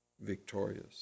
victorious